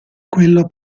quello